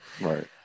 right